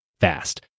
fast